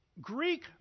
Greek